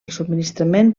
subministrament